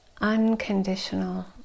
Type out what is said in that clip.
unconditional